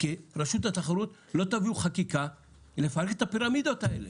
כרשות התחרות לא תביאו חקיקה לפרק את הפירמידות האלה?